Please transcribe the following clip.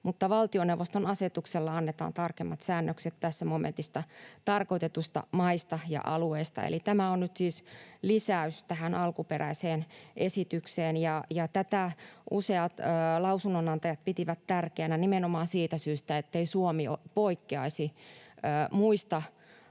Valtioneuvoston asetuksella annetaan tarkemmat säännökset tässä momentissa tarkoitetuista maista ja alueesta.” Eli tämä on nyt siis lisäys tähän alkuperäiseen esitykseen, ja tätä useat lausunnonantajat pitivät tärkeänä nimenomaan siitä syystä, ettei Suomi poikkeaisi muista maista,